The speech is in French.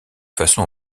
façon